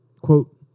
Quote